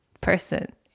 person